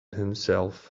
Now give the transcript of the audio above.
himself